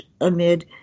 amid